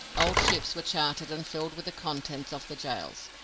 old ships were chartered and filled with the contents of the gaols.